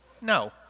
No